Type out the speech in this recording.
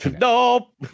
Nope